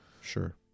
sure